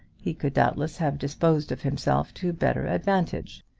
he could doubtless have disposed of himself to better advantage.